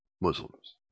Muslims